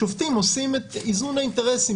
השופטים עושים את איזון האינטרסים